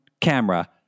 camera